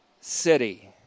city